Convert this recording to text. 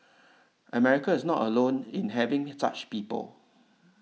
America is not alone in having such people